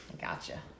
Gotcha